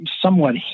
somewhat